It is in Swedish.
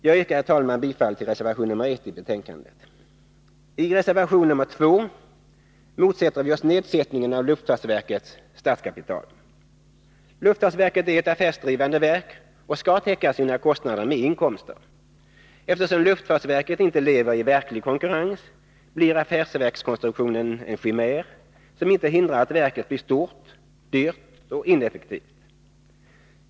Jag yrkar, herr talman, bifall till reservation nr 1 i betänkandet. I reservation nr 2 motsätter vi oss nedsättningen av luftfartsverkets statskapital. Luftfartsverket är ett affärsdrivande verk och skall täcka sina kostnader med inkomster. Eftersom luftfartsverket inte lever i verklig konkurrens blir affärsverkskonstruktionen en chimär, som inte hindrar att verket blir stort, dyrt och ineffektivt.